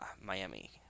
Miami